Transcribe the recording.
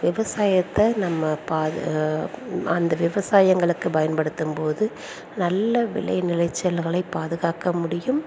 விவசாயத்தை நம்ம பாது அந்த விவசாயங்களுக்குப் பயன்படுத்தும் போது நல்ல விளைநிலைச்சல்களை பாதுகாக்க முடியும்